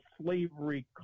slavery